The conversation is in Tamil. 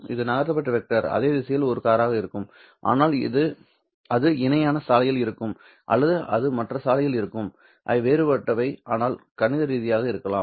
இந்த நகர்த்தப்பட்ட வெக்டர் அதே திசையில் ஒரு காராக இருக்கும் ஆனால் அது இணையான சாலையில் இருக்கும் அல்லது அது மற்ற சாலையில் இருக்கும் அவை வேறுபட்டவை ஆனால் கணித ரீதியாக இருக்கலாம்